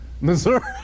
Missouri